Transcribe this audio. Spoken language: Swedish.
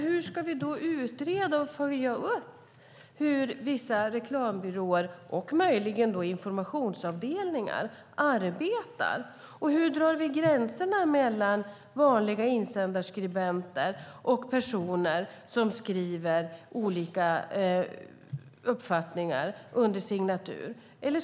Hur ska vi då utreda och följa upp hur vissa reklambyråer och möjligen också informationsavdelningar arbetar? Hur drar vi gränserna mellan vanliga insändarskribenter och personer som skriver olika uppfattningar under signatur?